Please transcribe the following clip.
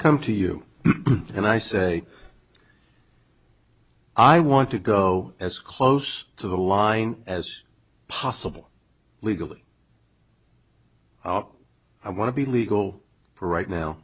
come to you and i say i want to go as close to the line as possible legally out i want to be legal for right now